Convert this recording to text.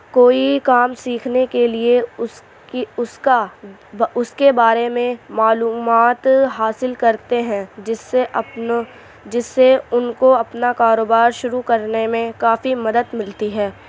کوئی کام سیکھنے کے لیے اس کی اس کا اس کے بارے میں معلومات حاصل کرتے ہیں جس سے اپنوں جس سے ان کو اپنا کاروبار شروع کرنے میں کافی مدد ملتی ہے